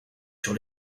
sur